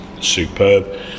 superb